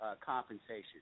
compensation